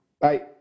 bye